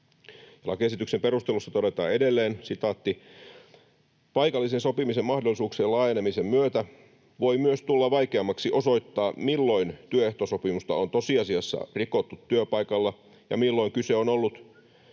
Lakiesityksen perusteluissa todetaan edelleen: ”Paikallisen sopimisen mahdollisuuksien laajenemisen myötä voi myös tulla vaikeammaksi osoittaa, milloin työehtosopimusta on tosiasiassa rikottu työpaikalla ja milloin kyse on ollut